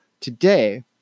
today